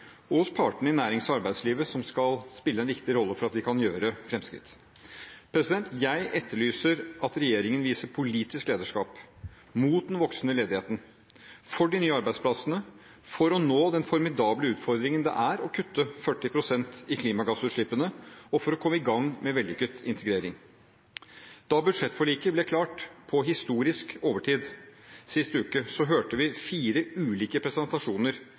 og hos partene i nærings- og arbeidslivet, som skal spille en viktig rolle for at vi kan gjøre fremskritt. Jeg etterlyser at regjeringen viser politisk lederskap – mot den voksende ledigheten, for de nye arbeidsplassene – for å nå den formidable utfordringen det er å kutte 40 pst. i klimagassutslippene og for å komme i gang med vellykket integrering. Da budsjettforliket ble klart – på historisk overtid – sist uke, hørte vi fire ulike presentasjoner